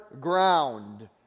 ground